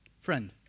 Friend